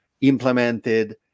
implemented